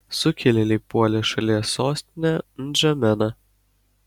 sukilėliai puolė šalies sostinę ndžameną